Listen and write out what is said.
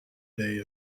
bay